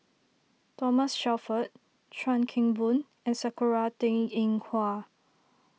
Thomas Shelford Chuan Keng Boon and Sakura Teng Ying Hua